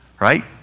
right